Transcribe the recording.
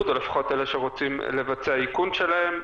או לפחות את אלה שרוצים לבצע איכון שלהם,